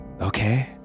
okay